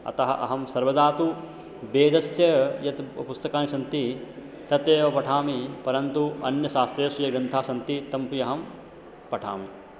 अतः अहं सर्वदा तु वेदस्य यत् पुस्तकानि सन्ति तत् एव पठामि परन्तु अन्यशास्त्रेषु ये ग्रन्थाः सन्ति तानपि अहं पठामि